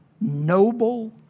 noble